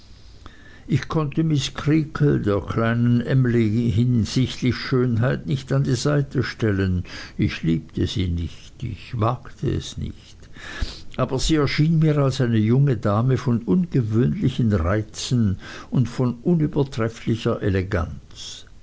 ich konnte miß creakle der kleinen emly hinsichtlich schönheit nicht an die seite stellen ich liebte sie nicht ich wagte es nicht aber sie erschien mir als eine junge dame von ungewöhnlichen reizen und von unübertrefflicher eleganz